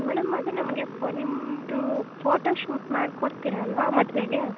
madam ಅದು ನಮಗೆ ಫ ನಿಮ್ಮದು ಫೋಟೋ ಶೂಟ್ ಮಾಡಿಕೊಡ್ತೀರಲ್ವಾ ಮದುವೆಗೆ